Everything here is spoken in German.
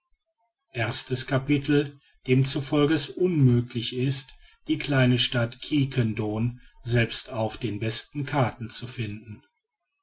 erstes capitel dem zufolge es unmöglich ist die kleine stadt quiquendone selbst auf den besten karten zu finden